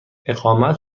اقامت